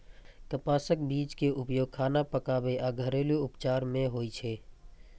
कपासक बीज के उपयोग खाना पकाबै आ घरेलू उपचार मे होइ छै